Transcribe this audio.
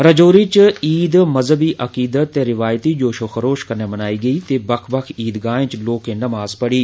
राजौरी च ईद मज़हबी अकीदत ते रिवायती जोशो खरोश कन्नै मनाई गेई ते बक्ख बक्ख ईदगाहें च लोकें नमाज पढ़ी